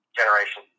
generation